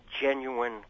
genuine